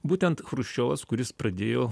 būtent chruščiovas kuris pradėjo